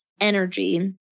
energy